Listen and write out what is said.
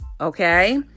Okay